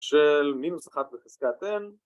של מינוס אחת בחזקת n